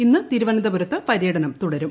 ഇന്ന് തിരുവനന്തപുരത്ത് പര്യടനും തു്ടരും